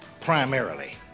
primarily